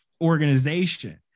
organization